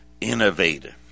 innovative